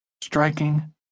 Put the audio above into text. striking